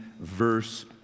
verse